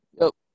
Nope